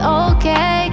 okay